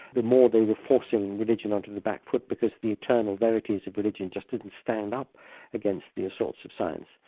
the more they were forcing religion onto the back foot, because the eternal verities of religion just didn't stand up against the assaults of science.